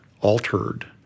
altered